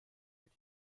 wird